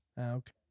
Okay